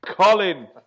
Colin